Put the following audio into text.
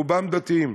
רובם דתיים,